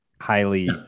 highly